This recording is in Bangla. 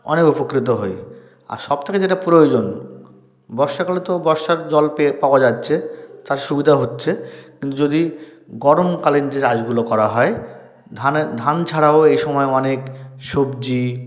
অনেক উপকৃত হই আর সবথেকে যেটা প্রয়োজন বর্ষাকালে তো বর্ষার জল পেয়ে পাওয়া যাচ্ছে তার সুবিধা হচ্ছে কিন্তু যদি গরমকালীন যে চাষগুলো করা হয় ধান ছাড়াও এই সময় অনেক সবজি